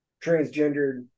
transgendered